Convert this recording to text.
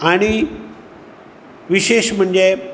आनी विशेश म्हणजे